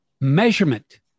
Measurement